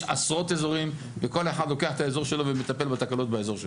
יש עשרות אזורים וכל אחד לוקח את האזור שלו ומטפל בתקלות באזור שלו.